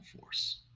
force